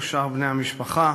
ושאר בני המשפחה,